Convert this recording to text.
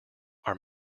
are